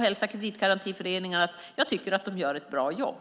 Hälsa kreditgarantiföreningarna att jag tycker att de gör ett bra jobb.